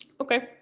okay